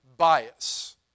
bias